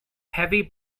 heavy